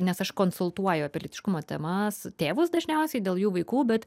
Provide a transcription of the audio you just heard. nes aš konsultuoju apie lytiškumo temas tėvus dažniausiai dėl jų vaikų bet